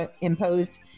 imposed